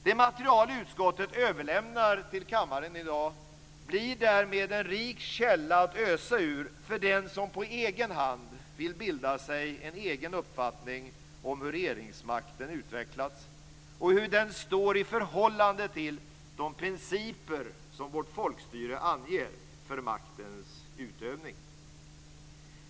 Det material som utskottet överlämnar till kammaren i dag blir därmed en rik källa att ösa ur för den som på egen hand vill bilda sig en egen uppfattning om hur regeringsmakten har utvecklats och hur den står i förhållande till de principer som vårt folkstyre anger för maktens utövning.